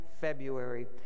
February